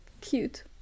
cute